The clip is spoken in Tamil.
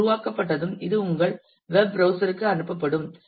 அது உருவாக்கப்பட்டதும் இது உங்கள் வெப் ப்ரௌஸ்சர் க்கு அனுப்பப்படும்